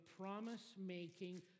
promise-making